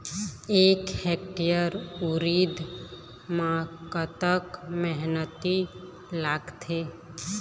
एक हेक्टेयर उरीद म कतक मेहनती लागथे?